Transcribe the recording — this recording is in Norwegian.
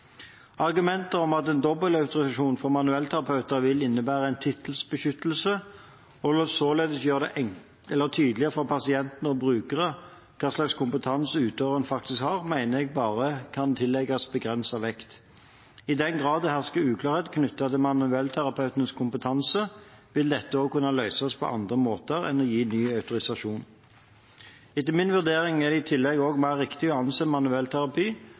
om at en dobbeltautorisasjon for manuellterapeutene vil innebære en tittelbeskyttelse og således gjøre det tydeligere for pasienter og brukere hva slags kompetanse utøveren faktisk har, mener jeg bare kan tillegges begrenset vekt. I den grad det hersker uklarhet knyttet til manuellterapeutenes kompetanse, vil dette kunne løses på andre måter enn å gi ny autorisasjon. Etter min vurdering er det i tillegg også mer riktig å anse manuellterapi